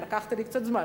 אבל אתה לקחת לי קצת זמן,